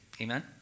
Amen